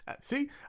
see